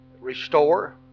restore